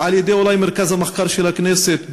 אולי על-ידי מרכז המחקר של הכנסת,